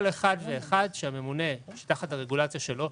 כל אחד ואחד שנמצא תחת הרגולציה של הממונה,